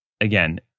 Again